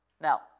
Now